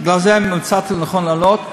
בגלל זה מצאתי לנכון לעלות,